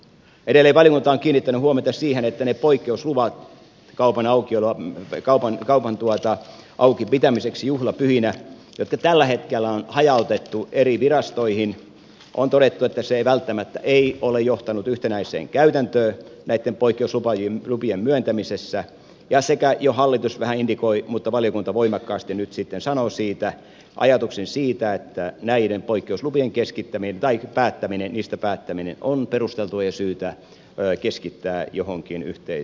edelleen valiokunta on kiinnittänyt huomiota siihen että on todettu että se että poikkeusluvat kaupan auki pitämiseksi juhlapyhinä tällä hetkellä on hajautettu eri virastoihin ei välttämättä ole johtanut yhtenäiseen käytäntöön näitten poikkeuslupien myöntämisessä ja jo hallitus vähän indikoi mutta valiokunta voimakkaasti nyt sitten sanoi ajatuksen siitä että näistä poikkeusluvista päättäminen on perusteltua ja syytä keskittää johonkin yhteen viranomaiseen